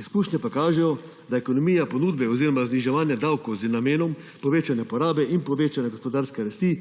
Izkušnje pa kažejo, da ekonomija ponudbe oziroma zniževanja davkov z namenom povečanja porabe in povečanja gospodarske rasti